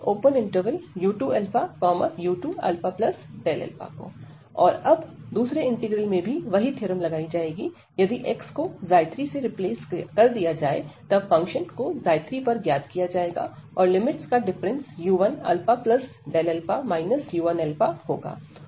u2u2αfxαdxf2αΔαu2αΔα u2 ξ2u2u2αΔα और अब दूसरे इंटीग्रल में भी वही थ्योरम लगाई जाएगी यदि x को 3से रिप्लेस कर दिया जाए तब फंक्शन को 3 पर ज्ञात किया जाएगा और लिमिट्स का डिफरेंस u1α u1 होगा